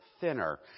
thinner